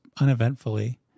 uneventfully